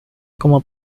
como